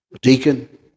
deacon